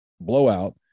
blowout